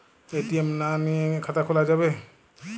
ATM না নিয়ে খাতা খোলা যাবে?